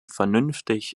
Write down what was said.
vernünftig